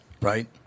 right